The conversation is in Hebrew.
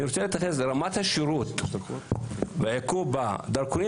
אני רוצה להתייחס לרמת השירות ועיכוב הדרכונים